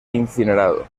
incinerado